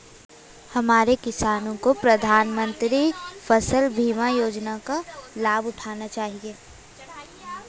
हमारे किसानों को प्रधानमंत्री फसल बीमा योजना का लाभ उठाना चाहिए